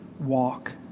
walk